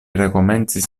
rekomencis